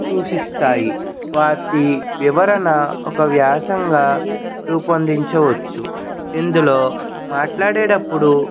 సూచిస్తాయి వాటి వివరణ ఒక వ్యాసంగా రూపొందించవచ్చు ఇందులో మాట్లాడేటప్పుడు